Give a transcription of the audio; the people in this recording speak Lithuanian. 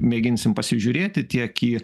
mėginsim pasižiūrėti tiek į